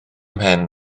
mhen